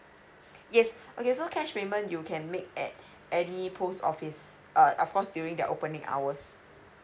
yes okay so cash payment you can make at any post office uh of course during their opening hours